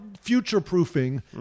future-proofing